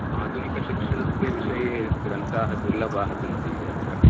आधुनिकशिक्षणस्य विषये ग्रन्थाः दुर्लभाः सन्ति अत्र